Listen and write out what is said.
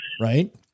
Right